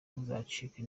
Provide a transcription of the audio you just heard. ntuzacikwe